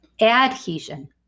Adhesion